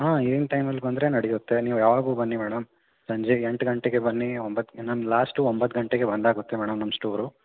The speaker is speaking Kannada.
ಹಾಂ ಈವ್ನಿಂಗ್ ಟೈಮಲ್ಲಿ ಬಂದರೆ ನಡೆಯುತ್ತೆ ನೀವು ಯಾವಾಗೂ ಬನ್ನಿ ಮೇಡಮ್ ಸಂಜೆ ಎಂಟು ಗಂಟೆಗೆ ಬನ್ನಿ ಒಂಬತ್ತು ಗ್ ನಾನು ಲಾಸ್ಟು ಒಂಬತ್ತು ಗಂಟೆಗೆ ಬಂದ್ ಆಗುತ್ತೆ ಮೇಡಮ್ ನಮ್ಮ ಸ್ಟೋರು